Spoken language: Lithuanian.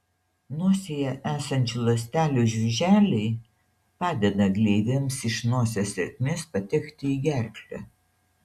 nosyje esančių ląstelių žiuželiai padeda gleivėms iš nosies ertmės patekti į gerklę